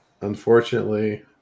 unfortunately